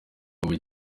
ubu